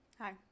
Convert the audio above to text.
Hi